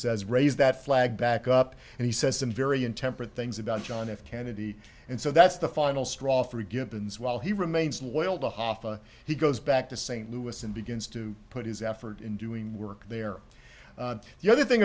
says raise that flag back up and he says some very intemperate things about john f kennedy and so that's the final straw for givens while he remains loyal to hof and he goes back to st louis and begins to put his effort in doing work there the other thing